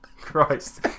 Christ